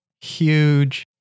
Huge